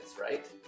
right